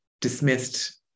dismissed